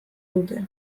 dute